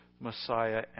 Messiah